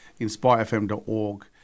inspirefm.org